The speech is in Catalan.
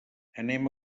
anem